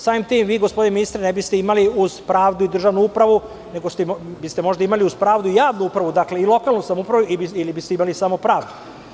Samim tim, vi gospodine ministre ne biste imali uz pravdu i državnu upravu, nego biste možda imali uz pravdu javnu upravu i lokalnu samoupravu ili biste imali samo pravdu.